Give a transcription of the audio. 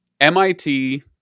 MIT